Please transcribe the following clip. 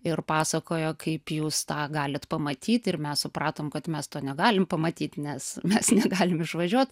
ir pasakojo kaip jūs tą galit pamatyt ir mes supratom kad mes to negalim pamatyt nes mes negalim išvažiuot